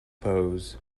pose